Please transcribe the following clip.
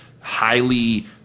highly